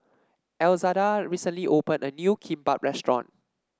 Elzada recently opened a new Kimbap Restaurant